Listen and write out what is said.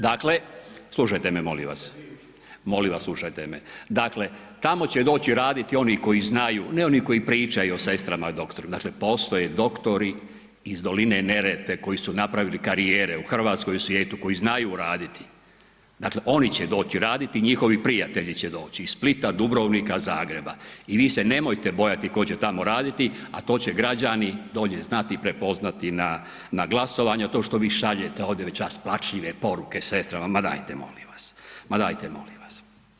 Dakle, slušajte me molim vas, molim vas slušajte me, dakle tamo će doći raditi oni koji znaju, ne oni koji pričaju o sestrama i doktorima, dakle postoje doktori iz doline Neretve koji su napravili karijere u RH i u svijetu, koji znaju raditi, dakle oni će doći raditi i njihovi prijatelji će doći iz Splita, Dubrovnika, Zagreba i vi se nemojte bojati tko će tamo raditi, a to će građani dolje znati i prepoznati na glasovanju, a to što vi šaljete ovdje već rasplačljive poruke sestrama, ma dajte molim vas, ma dajte molim vas.